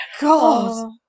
God